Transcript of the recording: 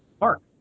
Mark